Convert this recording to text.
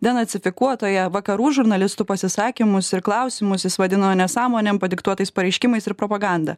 denacifikuotoją vakarų žurnalistų pasisakymus ir klausimus jis vadino nesąmonėm padiktuotais pareiškimais ir propaganda